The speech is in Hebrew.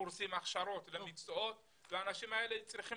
קורסים והכשרות והאנשים האלה צריכים